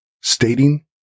stating